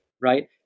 right